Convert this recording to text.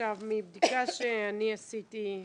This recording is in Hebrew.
מבדיקה שאני עשיתי,